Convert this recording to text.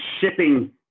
shipping